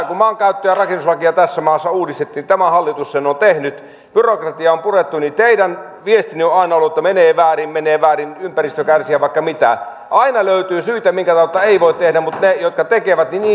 kun maankäyttö ja rakennuslakia tässä maassa uudistettiin tämä hallitus sen on tehnyt byrokratiaa on purettu niin teidän viestinne on aina ollut että menee väärin menee väärin ympäristö kärsii ja vaikka mitä aina löytyy syitä minkä tautta ei voi tehdä mutta niille jotka tekevät